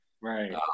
Right